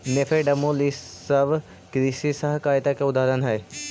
नेफेड, अमूल ई सब कृषि सहकारिता के उदाहरण हई